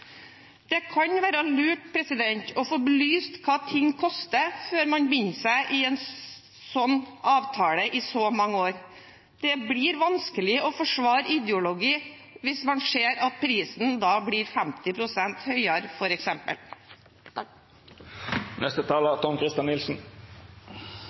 Det kan være lurt å få belyst hva ting koster, før man binder seg til en slik avtale i så mange år. Det blir vanskelig å forsvare ideologi hvis en ser at prisen da blir 50 pst. høyere